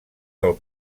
del